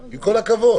עם כל הכבוד.